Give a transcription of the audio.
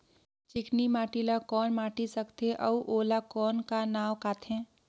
चिकनी माटी ला कौन माटी सकथे अउ ओला कौन का नाव काथे?